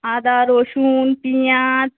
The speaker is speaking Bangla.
আদা রসুন পেঁয়াজ